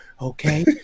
okay